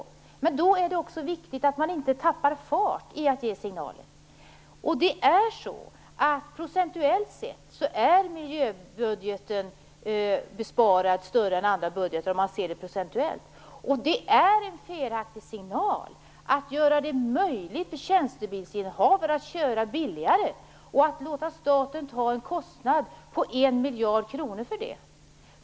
Men då är det också viktigt att man inte tappar fart när det gäller att ge signaler. Procentuellt sett har miljöbudgeten drabbats av större besparingar än andra budgetar. Det är en felaktig signal att göra det möjligt för tjänstebilsinnehavare att köra billigare och att låta staten ta en kostnad på 1 miljard kronor för detta.